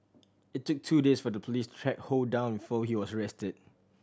it took two days for the police to track Ho down before he was arrested